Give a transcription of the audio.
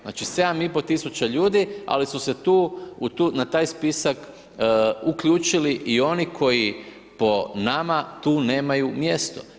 Znači 7,5 tisuća ljudi, sli su se tu na taj spisak uključili i oni koji po nama tu nemaju mjesto.